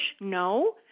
no